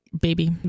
baby